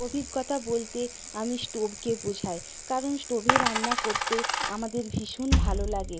অভিজ্ঞতা বলতে আমি স্টোভকে বোঝাই কারণ স্টোভে রান্না করতে আমাদের ভীষণ ভালো লাগে